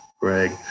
Greg